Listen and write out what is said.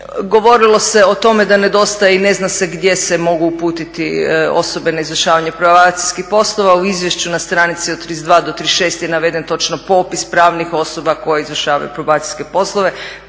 Govorilo se o tome da nedostaje i ne zna se gdje se mogu uputiti osobe na izvršavanje probacijskih poslova. U izvješću na stranici od 32 do 36 je naveden točno popis pravnih osoba koje izvršavaju probacijske poslove.